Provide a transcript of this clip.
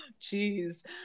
Jeez